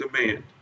demand